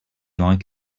like